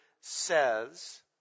says